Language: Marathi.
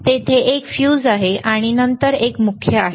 तेथे एक फ्यूज आहे आणि नंतर एक मुख्य आहे